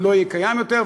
הוא לא יהיה קיים יותר,